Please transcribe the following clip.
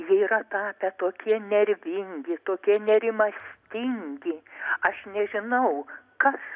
jie yra tapę tokie nervingi tokie nerimastingi aš nežinau kas